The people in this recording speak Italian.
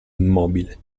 immobile